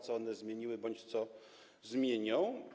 Co one zmieniły bądź co zmienią?